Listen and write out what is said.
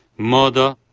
murder,